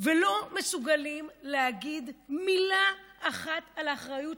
ולא מסוגלים להגיד מילה אחת על האחריות